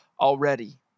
already